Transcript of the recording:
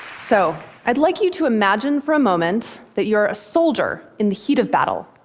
so i'd like you to imagine for a moment that you're a soldier in the heat of battle.